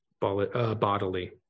bodily